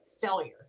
failure